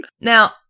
Now